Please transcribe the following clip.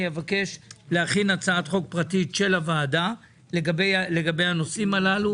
אני אבקש להכין הצעת חוק פרטית של הוועדה לגבי הנושאים הללו.